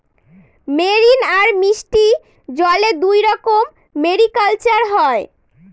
marine আর মিষ্টি জলে দুইরকম মেরিকালচার হয়